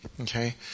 okay